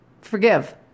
forgive